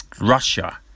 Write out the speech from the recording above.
Russia